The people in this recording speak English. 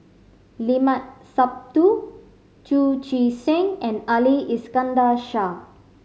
Limat Sabtu Chu Chee Seng and Ali Iskandar Shah